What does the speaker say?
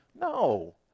No